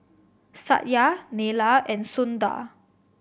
Satya Neila and Sundar